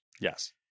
Yes